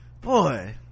Boy